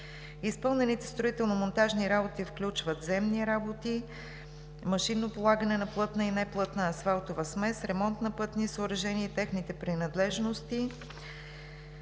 Изпълнените строително-монтажни работи включват земни работи, машинно полагане на плътна и неплътна асфалтова смес, ремонт на пътни съоръжения и техните принадлежности